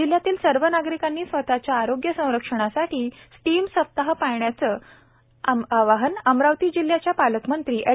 जिल्ह्यातील सर्व नागरिकांनी स्वतच्या आरोग्य संरक्षणासाठी स्टीम सप्ताह पाळण्याचे अमरावती जिल्ह्याच्या पालकमंत्री एड